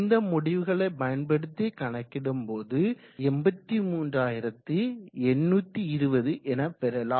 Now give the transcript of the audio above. இந்த முடிவுகளை பயன்படுத்தி கணக்கிடும் போது 83820 எனப் பெறலாம்